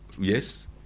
Yes